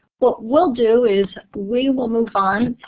what we'll do is we will move on.